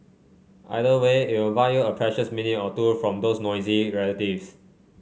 either way it will buy you a precious minute or two from those nosy relatives